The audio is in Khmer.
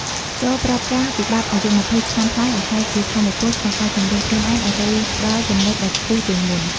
ចូរប្រើប្រាស់វិបត្តិអាយុ២០ឆ្នាំប្លាយឱ្យក្លាយជា "ថាមពល" ក្នុងការជំរុញខ្លួនឯងឱ្យទៅដល់ចំណុចដែលខ្ពស់ជាងមុន។